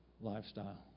lifestyle